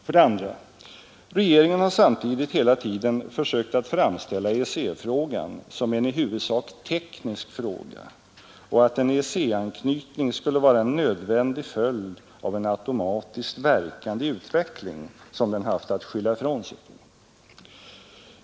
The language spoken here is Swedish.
För det andra har regeringen samtidigt hela tiden försökt att framställa EEC-frågan som en i huvudsak teknisk fråga och anfört att en EEC-anknytning skulle vara en nödvändig följd av en automatiskt verkande utveckling, som den haft att skylla ifrån sig på.